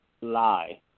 lie